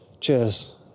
Cheers